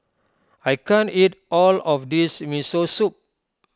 I can't eat all of this Miso Soup